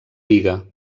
biga